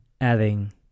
adding